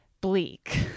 bleak